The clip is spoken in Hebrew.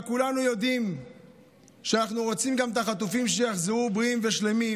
אבל כולנו יודעים שאנחנו רוצים גם שהחטופים יחזרו בריאים ושלמים,